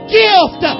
gift